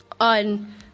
on